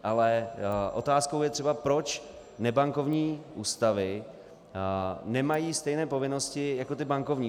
Ale otázkou je třeba, proč nebankovní ústavy nemají stejné povinnosti jako ty bankovní.